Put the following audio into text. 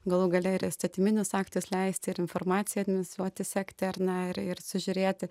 galų gale ir įstatyminis aktas leisti ir informaciją administruoti sekti ar ne ir ir sužiūrėti